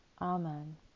Amen